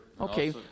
Okay